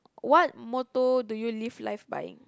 what motto do you live life by